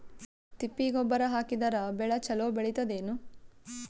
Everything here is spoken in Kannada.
ತಿಪ್ಪಿ ಗೊಬ್ಬರ ಹಾಕಿದರ ಬೆಳ ಚಲೋ ಬೆಳಿತದೇನು?